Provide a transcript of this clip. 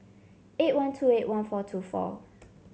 eight one two eight one four two four